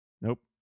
Nope